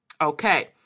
Okay